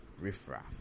riffraff